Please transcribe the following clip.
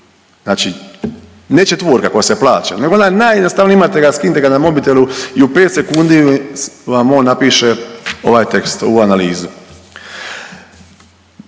znači ne četvorka koja se plaća nego onaj najjednostavniji, imate ga, skinete ga na mobitelu i u 5 sekundi vam on napiše ovaj tekst, ovu analizu.